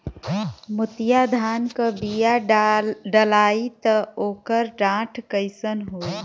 मोतिया धान क बिया डलाईत ओकर डाठ कइसन होइ?